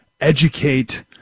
educate